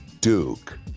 Duke